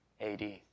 AD